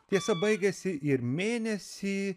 tiesa baigiasi ir mėnesį